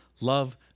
love